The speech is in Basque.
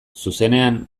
zuzenean